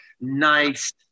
nice